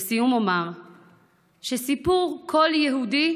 לסיום אומר שסיפור כל יהודי,